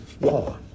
law